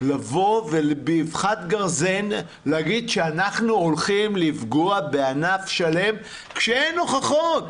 לבוא ובאבחת גרזן להגיד שאנחנו הולכים לפגוע בענף שלם כשאין הוכחות.